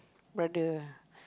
brother